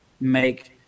make